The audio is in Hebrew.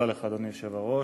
אדוני היושב-ראש,